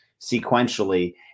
sequentially